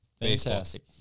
Fantastic